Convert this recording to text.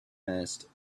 had